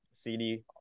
CD